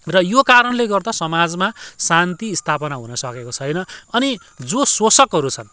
र यो कारणले गर्दा समाजमा शान्ति स्थापना हुन सकेको छैन अनि जो सोसकहरू छन्